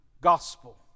gospel